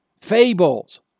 Fables